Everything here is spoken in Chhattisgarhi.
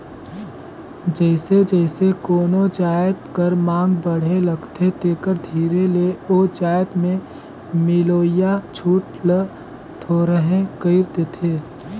जइसे जइसे कोनो जाएत कर मांग बढ़े लगथे तेकर धीरे ले ओ जाएत में मिलोइया छूट ल थोरहें कइर देथे